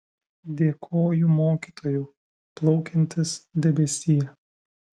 dėkoju mokytojau plaukiantis debesie